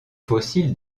fossiles